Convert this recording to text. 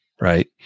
right